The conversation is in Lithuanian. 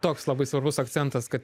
toks labai svarbus akcentas kad